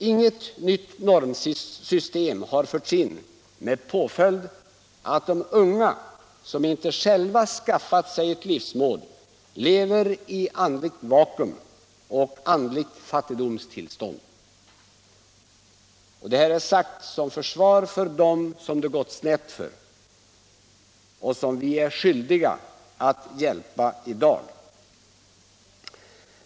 Inget nytt normsystem har förts in, med påföljd att de unga som inte själva skaffat sig ett livsmål lever i andligt vakuum och andligt fattigdomstillstånd. Detta sagt som försvar för dem som det gått snett för och som vi är skyldiga att hjälpa i dag.